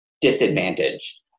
disadvantage